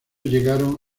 llegaron